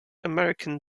american